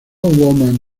woman